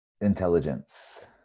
Intelligence